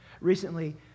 Recently